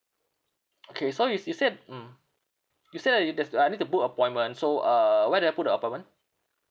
okay so you see said mm you say that you there's uh I need to book appointment so uh where do I put the appointment